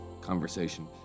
conversation